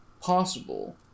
possible